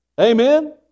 amen